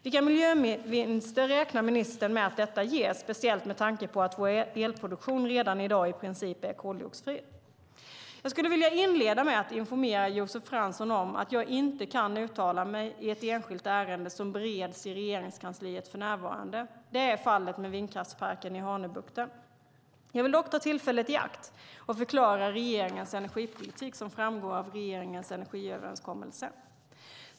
Vilka miljövinster räknar ministern med att detta ger, speciellt med tanke på att vår elproduktion redan i dag i princip är koldioxidfri? Jag skulle vilja inleda med att informera Josef Fransson om att jag inte kan uttala mig i ett enskilt ärende som bereds i Regeringskansliet för närvarande. Det är fallet med vindkraftsparken i Hanöbukten. Jag vill dock ta tillfället i akt och förklara regeringens energipolitik som framgår av regeringens energiöverenskommelse.